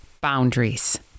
boundaries